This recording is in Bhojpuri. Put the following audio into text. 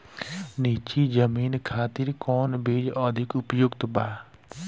नीची जमीन खातिर कौन बीज अधिक उपयुक्त बा?